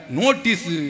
notice